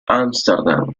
ámsterdam